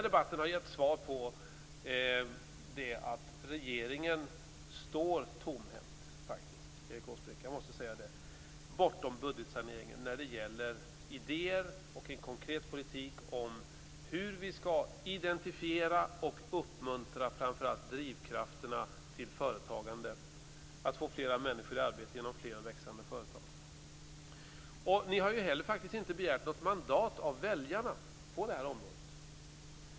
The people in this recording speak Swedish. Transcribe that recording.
Debatten har gett svar på att regeringen står tomhänt - jag måste säga detta, Erik Åsbrink - och saknar idéer och en konkret politik om hur vi skall identifiera och uppmuntra drivkrafterna i företagande, dvs. att få fler människor i arbete genom fler och växande företag. Ni har inte heller begärt något mandat av väljarna på området.